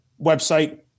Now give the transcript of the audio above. website